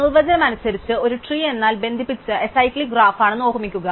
നിർവചനം അനുസരിച്ച് ഒരു ട്രീ എന്നാൽ ബന്ധിപ്പിച്ച അസൈക്ലിക്ക് ഗ്രാഫാണെന്ന് ഓർമ്മിക്കുക